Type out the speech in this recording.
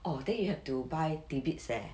oh then you have to buy tidbits leh